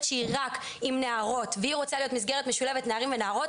שהיא רק עם נערות והיא רוצה להיות במסגרת משולבת נערים ונערות,